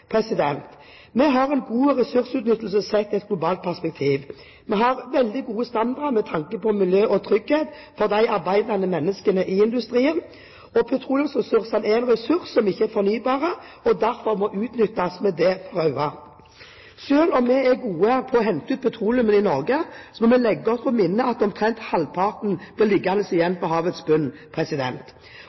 Vi har en god ressursutnyttelse sett i et globalt perspektiv. Vi har veldig gode standarder med tanke på miljø og trygghet for de arbeidende mennesker i industrien. Petroleumsressursene er ikke fornybare og må derfor utnyttes med det for øye. Selv om vi er gode på å hente ut petroleum i Norge, må vi legge oss på minne at omtrent halvparten blir liggende igjen på havets bunn.